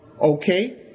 Okay